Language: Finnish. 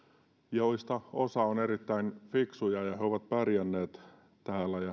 joista osa on erittäin fiksuja ja he ovat pärjänneet täällä